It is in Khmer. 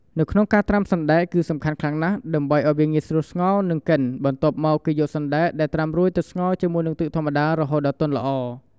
នៅក្នុងការត្រាំសណ្តែកគឺសំខាន់ណាស់ដើម្បីឲ្យវាងាយស្រួលស្ងោរ និងកិន បន្ទាប់មក គេយកសណ្តែកដែលត្រាំរួចទៅស្ងោរជាមួយទឹកធម្មតា រហូតដល់ទុនល្អ។